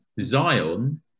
Zion